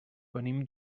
venim